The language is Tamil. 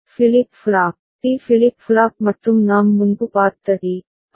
flip flop D flip flop மற்றும் நாம் முன்பு பார்த்த டி